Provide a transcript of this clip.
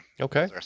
Okay